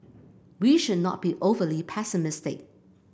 we should not be overly pessimistic